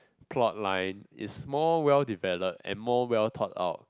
plot line is more well developed and more well thought out